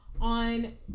on